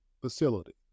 facility